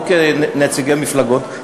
לא כנציגי מפלגות,